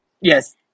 Yes